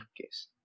case